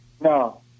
No